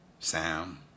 Sam